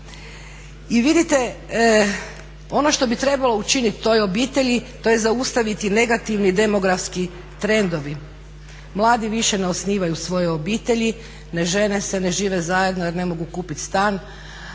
I vidite, ono što bi trebalo učinit toj obitelji to je zaustaviti negativni demografski trendovi. Mladi više ne osnivaju svoje obitelji, ne žene se, ne žive zajedno jer ne mogu kupit stan,